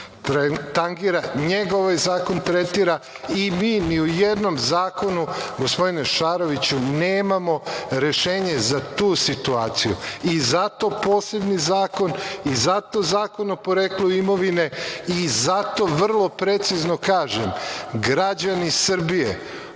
njega ovaj zakon tretira i mi ni u jednom zakonu, gospodine Šaroviću, nemamo rešenje za tu situaciju i zato posebni zakon, i zato zakon o poreklu imovine, i zato vrlo precizno kažem - građani Srbije